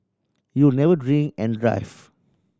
you'll never drink and drive